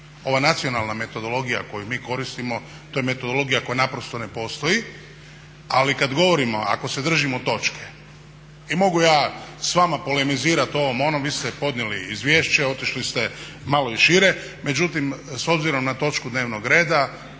Ova nacionalna metodologija koju mi koristimo, to je metodologija koja naprosto ne postoji ali kada govorimo ako se držimo točke, i mogu ja s vama polemizirati o ovom, onom, vi ste podnijeli izvješće, otišli ste malo i šire. Međutim, s obzirom na točku dnevnog reda